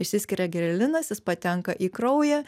išsiskiria grelinas jis patenka į kraują